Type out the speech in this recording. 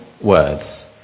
words